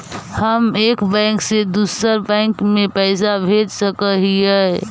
हम एक बैंक से दुसर बैंक में पैसा भेज सक हिय?